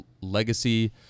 legacy